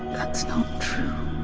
that's not true.